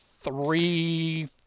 three